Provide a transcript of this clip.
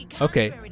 okay